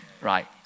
Right